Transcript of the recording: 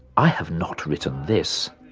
i have not written this.